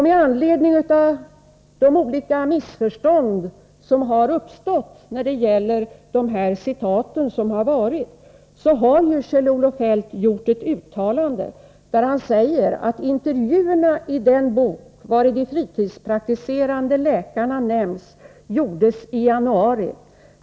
Med anledning av de olika missförstånd som har uppstått när det gäller citat från denna bok har Kjell-Olof Feldt gjort följande uttalande: ”Intervjuerna i den bok, vari de fritidsarbetande läkarna nämns, gjordes i januari.